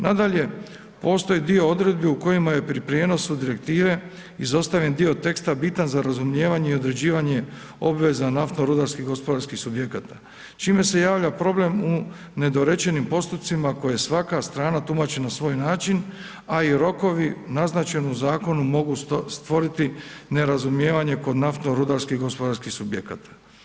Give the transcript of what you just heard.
Nadalje, postoje dvije odredbe u kojima je pri prijenosu Direktive izostavljen dio teksta bitan za razumijevanje i određivanje obveza naftno rudarskih gospodarskih subjekata, čime se javlja problem u nedorečenim postocima koje svaka strana tumači na svoj način, a i rokovi naznačeni u zakonu mogu stvoriti nerazumijevanje kod naftno rudarskih gospodarskih subjekata.